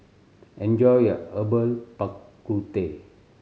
enjoy your Herbal Bak Ku Teh